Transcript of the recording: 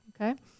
Okay